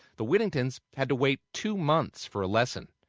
the whittingtons had to wait two months for a lesson.